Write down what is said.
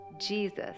Jesus